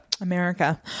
America